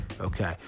Okay